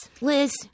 Liz